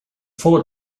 full